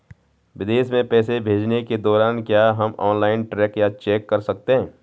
विदेश में पैसे भेजने के दौरान क्या हम ऑनलाइन ट्रैक या चेक कर सकते हैं?